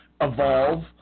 Evolve